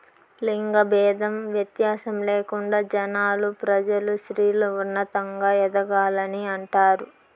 లింగ భేదం వ్యత్యాసం లేకుండా జనాలు ప్రజలు స్త్రీలు ఉన్నతంగా ఎదగాలని అంటారు